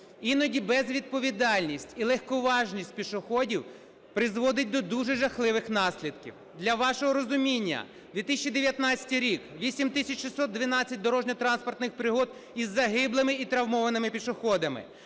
Іноді безвідповідальність і легковажність пішоходів призводить до дуже жахливих наслідків. Для вашого розуміння, 2019 рік – 8 тисяч 612 дорожньо-транспортних пригод із загиблими і травмованими пішоходами,